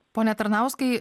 pone tarnauskai